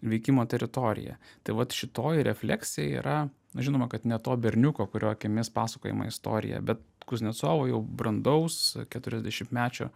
veikimo teritoriją tai vat šitoj refleksija yra na žinoma kad ne to berniuko kurio akimis pasakojama istorija bet kuznecovo jau brandaus keturiasdešimtmečio